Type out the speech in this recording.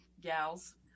gals